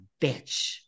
bitch